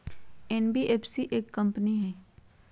NBFC एक company हई?